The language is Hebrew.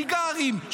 סיגרים,